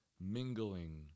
mingling